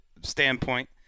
standpoint